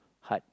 heart